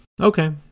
okay